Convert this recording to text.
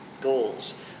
goals